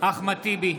אחמד טיבי,